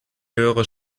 höhere